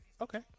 Okay